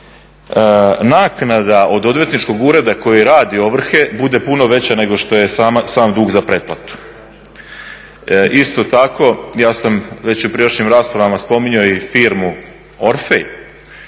naknada od odvjetničkog ureda koji radi ovrhe bude puno veće nego što je sam dug za pretplatu. Isto tako ja sam već i u prijašnjim raspravama spominjao i firmu ORFEJ,